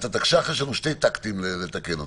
אז את התקש"ח יש לנו שני טקטים לתקן אותו: